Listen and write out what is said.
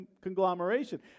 conglomeration